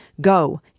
Go